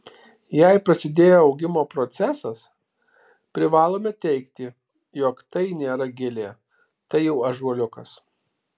jei prasidėjo augimo procesas privalome teigti jog tai nėra gilė tai jau ąžuoliukas